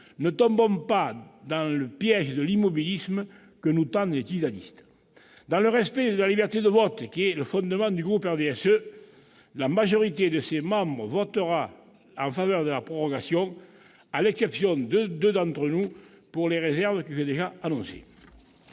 Ne tombons pas dans le piège de l'immobilisme que nous tendent les djihadistes. Dans le respect de la liberté du vote qui est le fondement du groupe du RDSE, ses membres se prononceront en faveur de la prorogation, à l'exception de deux votes contre, pour les réserves que j'ai énoncées.